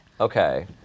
Okay